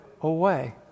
away